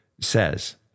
says